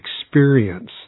experience